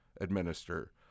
administer